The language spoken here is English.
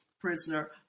prisoner